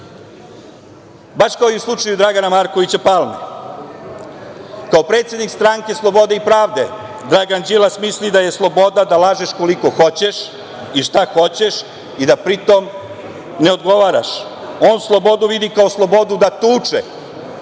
baš kao i u slučaju Drana Markovića Palme. Kao predsednik Stranke slobode i pravde, Dragan Đilas misli da je sloboda da lažeš koliko hoćeš i šta hoćeš i da pri tom ne odgovaraš. On slobodu vidi kao slobodu da tuče,